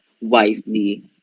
wisely